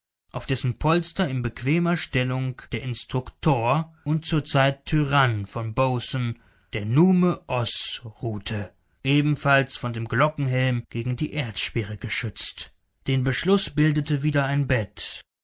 auf dessen polster in bequemer stellung der instruktor und zur zeit tyrann von bozen der nume oß ruhte ebenfalls von dem glockenhelm gegen die erdschwere geschützt den beschluß bildete wieder ein bed